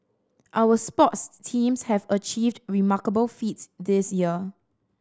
our sports teams have achieved remarkable feats this year